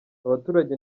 abaturage